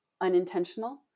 unintentional